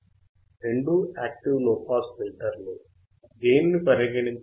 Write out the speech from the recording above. రెండూ active low pass ఫిల్టర్లే దేనిని పరిగణించాలి అన్నది మీ పై ఆధారపడి ఉంటుంది